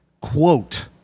quote